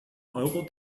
euro